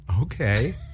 Okay